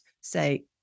say